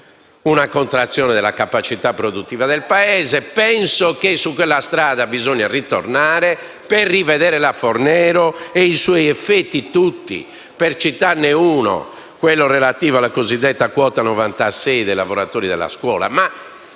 una contrazione della capacità produttiva del Paese e penso che su quella strada si debba ritornare per rivedere la legge Fornero e i suoi effetti tutti (per citarne uno, quello relativo alla cosiddetta "quota 96" dei lavoratori della scuola),